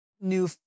new